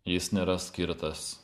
jis nėra skirtas